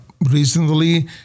Recently